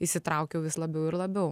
įsitraukiau vis labiau ir labiau